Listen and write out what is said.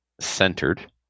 centered